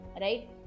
right